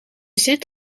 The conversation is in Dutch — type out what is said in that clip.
zit